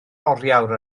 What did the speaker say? oriawr